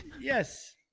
Yes